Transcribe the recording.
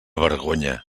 vergonya